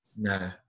No